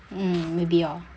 mm maybe orh